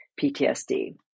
PTSD